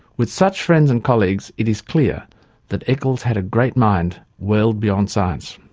with such friends and colleagues it is clear that eccles had a great mind well beyond science.